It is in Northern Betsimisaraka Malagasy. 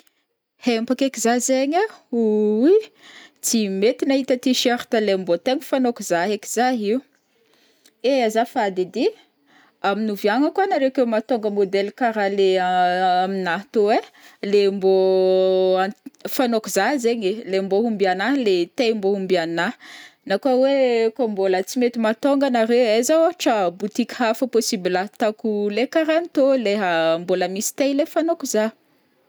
Hempaka eky zah zaign ai, oyy, tsy mety nahita tee shirt leha mbô tegna fanaoko zah ek zah io, eh azafady ed ii amin'oviagna koa anaré ke mahatonga modèle karaha le aminahy tô ai, le mbô fanaoko zah zaign ee, le mbô homby anahy, le taille mbô homby anahy, na koa hoe kao mbola tsy mety mahatonga anaré ai, aiza zao ohatra boutique hafa possible ahitako leha karah an'tô, leha mbola misy taille leha fanaoko zah.